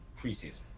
preseason